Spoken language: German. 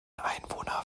einwohner